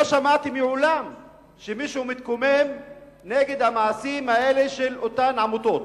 לא שמעתי מעולם שמישהו מתקומם נגד המעשים האלה של אותן עמותות.